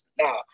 Now